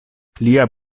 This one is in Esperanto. lia